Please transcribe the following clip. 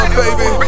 baby